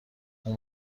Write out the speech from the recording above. اون